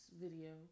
video